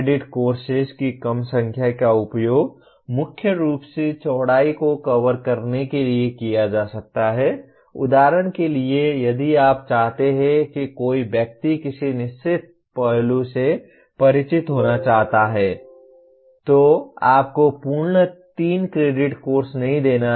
credit courses की कम संख्या का उपयोग मुख्य रूप से चौड़ाई को कवर करने के लिए किया जा सकता है उदाहरण के लिए यदि आप चाहते हैं कि कोई व्यक्ति किसी निश्चित पहलू से परिचित होना चाहता है तो आपको पूर्ण 3 क्रेडिट कोर्स नहीं देना होगा